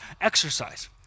exercise